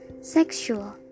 sexual